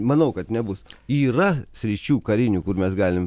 manau kad nebus yra sričių karinių kur mes galim